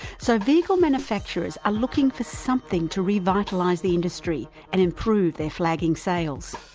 so vehicle manufacturers are looking for something to revitalise the industry and improve their flagging sales.